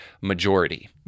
majority